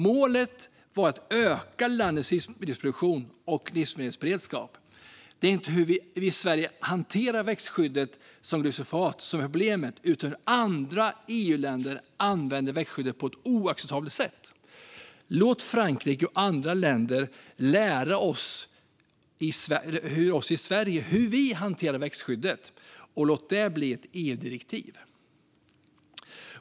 Målet var att öka landets livsmedelsproduktion och livsmedelsberedskap. Det är inte hur vi i Sverige hanterar växtskydd som glyfosat som är problemet utan hur andra EU-länder använder växtskyddet på ett oacceptabelt sätt. Låt Frankrike och andra länder lära av oss i Sverige hur vi hanterar växtskyddet och låt det bli ett EU-direktiv.